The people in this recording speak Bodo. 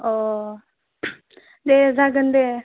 अ दे जागोन दे